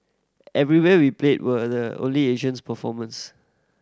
everywhere we played were the only Asians performers